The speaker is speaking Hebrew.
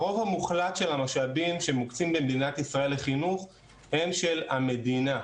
הרוב המוחלט של המשאבים שמוקצים במדינת ישראל לחינוך הם של המדינה.